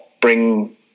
bring